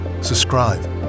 subscribe